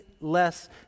less